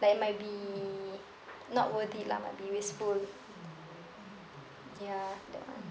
like it might be not worth it lah might be wasteful ya that one